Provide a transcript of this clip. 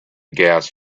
gas